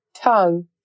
tongue